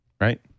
Right